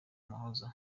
umuhoza